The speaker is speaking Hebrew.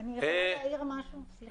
אני יכולה להעיר משהו, סליחה?